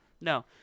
No